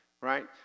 Right